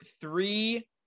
three